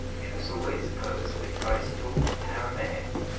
it was always supposed that christ talked in aramaic.